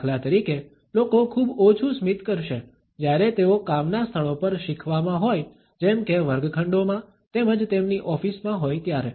દાખલા તરીકે લોકો ખૂબ ઓછુ સ્મિત કરશે જ્યારે તેઓ કામના સ્થળો પર શીખવામાં હોય જેમકે વર્ગખંડોમાં તેમજ તેમની ઓફિસમાં હોય ત્યારે